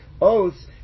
oaths